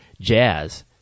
jazz